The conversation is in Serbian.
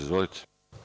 Izvolite.